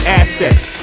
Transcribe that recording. assets